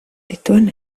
dituen